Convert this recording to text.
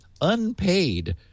unpaid